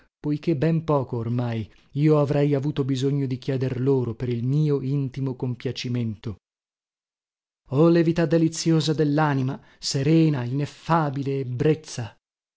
poiché ben poco ormai io avrei avuto bisogno di chieder loro per il mio intimo compiacimento oh levità deliziosa dellanima serena ineffabile ebbrezza